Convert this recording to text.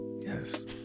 Yes